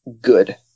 good